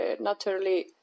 naturally